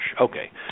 Okay